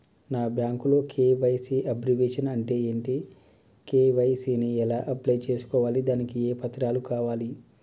నాకు బ్యాంకులో KYC abbreviation అంటే ఏంటి కే.వై.సీ ని ఎలా అప్లై చేసుకోవాలి దానికి ఏ పత్రాలు కావాలి?